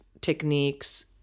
techniques